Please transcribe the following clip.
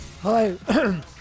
Hi